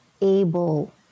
able